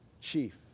chief